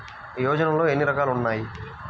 యోజనలో ఏన్ని రకాలు ఉన్నాయి?